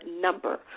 number